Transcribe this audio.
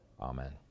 Amen